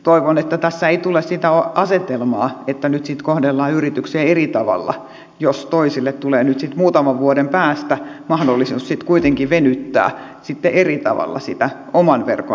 toivon että tässä ei tule sitä asetelmaa että nyt sitten kohdellaan yrityksiä eri tavalla jos toisille tulee sitten muutaman vuoden päästä mahdollisuus kuitenkin venyttää eri tavalla sitä oman verkon korjausta